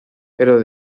pero